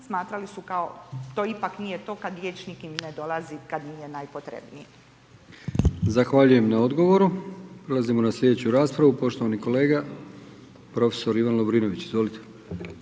smatrali su kao to ipak nije to, kad liječnik ne dolazi kad im je najpotrebnije. **Brkić, Milijan (HDZ)** Zahvaljujem na odgovoru. Prelazimo na slijedeću raspravu poštovani kolega prof. Ivan Lovrinović, izvolite.